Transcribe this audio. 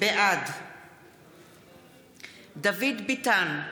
בעד דוד ביטן,